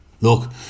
Look